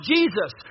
Jesus